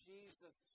Jesus